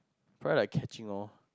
feel like catching all